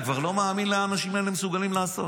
אני כבר לא מאמין למה שהאנשים האלה מסוגלים לעשות.